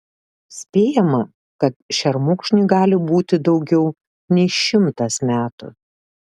spėjama kad šermukšniui gali būti daugiau nei šimtas metų